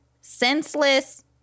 senseless